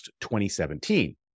2017